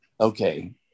okay